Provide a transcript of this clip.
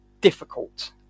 difficult